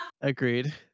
agreed